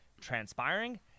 transpiring